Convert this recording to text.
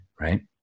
right